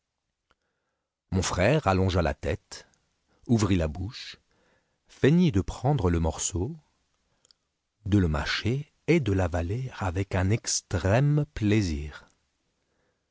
mon frère allongea la tète ouvrit la bouche feignit de prendre le morceau de le mâcher et de l'avaler avec un extrême plaisir